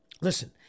listen